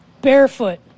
barefoot